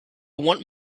want